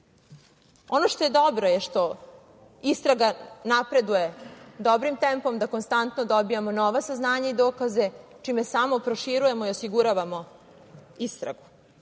što je dobro je što istraga napreduje dobrim tempom, da konstantno dobijamo nova saznanja i dokaze, čime samo proširujemo i osiguravamo istragu.